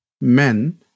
men